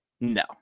No